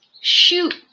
Shoot